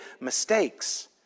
mistakes